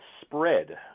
spread